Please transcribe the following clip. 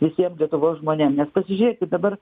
visiem lietuvos žmonėm nes pasižiūrėkit dabar